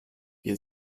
wir